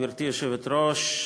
גברתי היושבת-ראש,